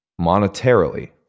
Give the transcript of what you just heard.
monetarily